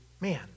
man